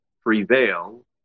prevail